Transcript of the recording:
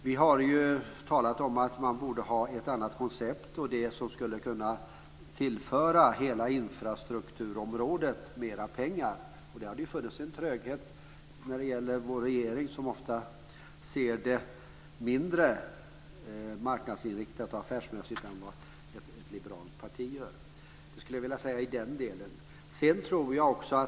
Vi har ju talat om att man borde ha ett annat koncept som skulle kunna tillföra hela infrastrukturområdet mer pengar. Det har funnits en tröghet när det gäller vår regering som ofta ser det hela mindre marknadsinriktat och affärsmässigt än vad ett liberalt parti gör i den delen, skulle jag vilja säga.